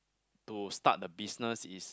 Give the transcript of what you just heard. to start a business is